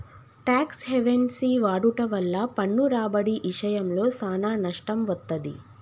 talks havens వాడుట వల్ల పన్ను రాబడి ఇశయంలో సానా నష్టం వత్తది